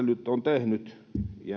nyt on tehnyt